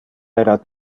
era